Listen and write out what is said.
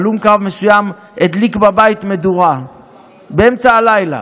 הלום קרב מסוים הדליק בבית מדורה באמצע הלילה.